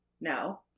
No